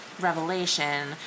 revelation